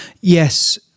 yes